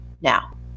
now